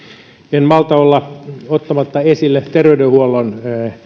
en malta olla ottamatta esille terveydenhuollon